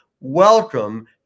welcome